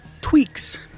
tweaks